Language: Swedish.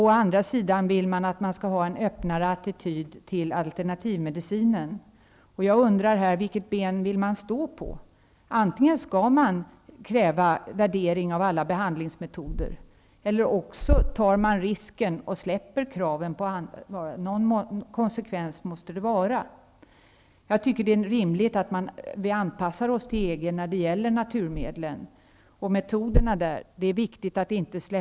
Å andra sidan vill Socialdemokraterna ha en öppnare attityd till alternativmedicin. Vilket ben vill man stå på? Antingen skall man kräva värdering av alla behandlingsmetoder, eller också tar man risken och lättar på kraven. Någon konsekvens måste det vara. Jag tycker att det är rimligt att när det gäller naturmedlen och metoderna att vi anpassar oss till EG.